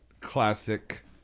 Classic